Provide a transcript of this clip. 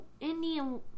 Indian